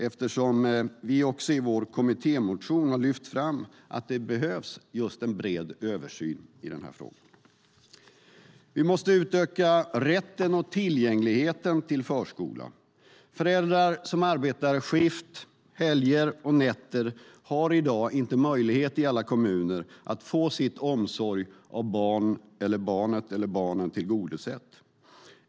Vi har också i vår kommittémotion lyft fram att det behövs en bred översyn av den här frågan. Vi måste utöka rätten och tillgängligheten till förskola. Föräldrar som arbetar skift, helger och nätter har i dag inte möjlighet i alla kommuner att få sitt behov av barnomsorg tillgodosett.